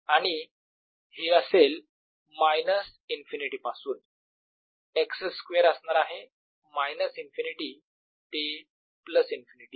आणि हे असेल मायनस इंफिनिटी पासून x स्क्वेअर असणार आहे मायनस इंफिनिटी ते प्लस इन्फिनिटी